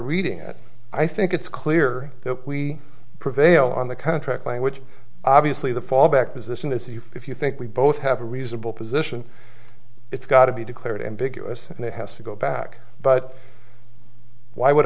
reading it i think it's clear that we prevail on the contract language obviously the fallback position is if you think we both have a reasonable position it's got to be declared ambiguous and it has to go back but why would